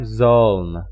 zone